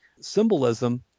symbolism